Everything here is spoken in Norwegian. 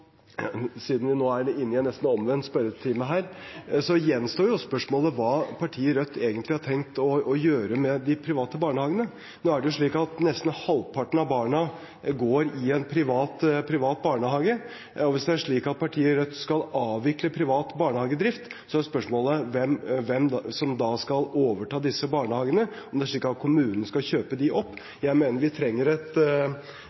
siden vi nå er inne i en nesten omvendt spørretime – gjenstår jo spørsmålet om hva partiet Rødt egentlig har tenkt å gjøre med de private barnehagene. Nesten halvparten av barna går i en privat barnehage, og hvis det er slik at partiet Rødt skal avvikle privat barnehagedrift, er spørsmålet hvem som da skal overta disse barnehagene, om det er slik at kommunen skal kjøpe